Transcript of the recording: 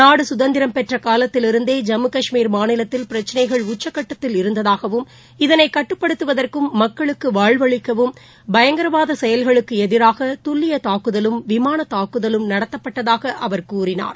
நாடு சுதந்திரம் பெற்ற காலத்திலிருந்தே ஜம்மு கஷ்மீர் மாநிலத்தில் பிரச்சினைகள் உச்சக்கட்டத்தில் இருந்ததாகவும் இதனை கட்டுப்படுத்துவதற்கும் மக்களுக்கு வாழ்வளிக்கவும் பயங்கரவாத செயல்களுக்கு எதிராக துல்லிய தாக்குதலும் விமான தாக்குதலும் நடத்தப்பட்டதாக அவர் கூறினார்